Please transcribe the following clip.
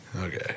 Okay